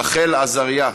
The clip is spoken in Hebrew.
רחל עזריה.